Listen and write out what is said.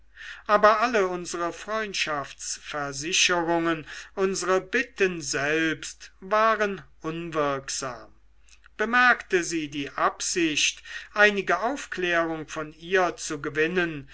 aber alle unsere freundschaftsversicherungen unsre bitten selbst waren unwirksam bemerkte sie die absicht einige aufklärung von ihr zu gewinnen